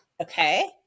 okay